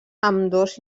ambdós